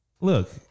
Look